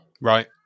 Right